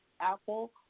Apple